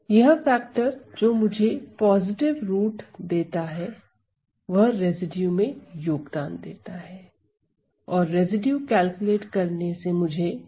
वह फैक्टर जो मुझे पॉजिटिव रूट देता है वह रेसिड्यू मे योगदान देता है और रेसिड्यू कैलकुलेट करने से मुझे f मिलता है